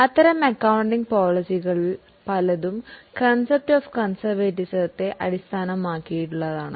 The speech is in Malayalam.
അത്തരം അക്കൌണ്ടിംഗ് നയങ്ങളിൽ പലതും കൺസേർവെറ്റിസം അടിസ്ഥാനമാക്കിയുള്ളതാണ്